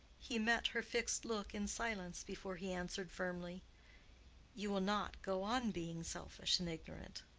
he met her fixed look in silence before he answered firmly you will not go on being selfish and ignorant!